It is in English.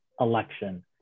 election